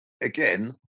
again